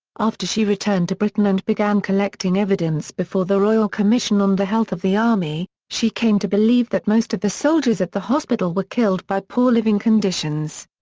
after she returned to britain and began collecting evidence before the royal commission on the health of the army, she came to believe that most of the soldiers at the hospital were killed by poor living conditions.